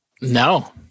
No